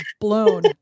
blown